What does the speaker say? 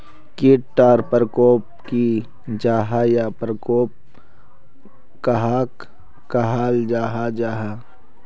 कीट टर परकोप की जाहा या परकोप कहाक कहाल जाहा जाहा?